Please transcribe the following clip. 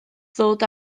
ddod